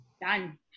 Done